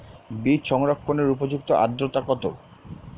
বীজ সংরক্ষণের উপযুক্ত আদ্রতা কত?